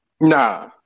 Nah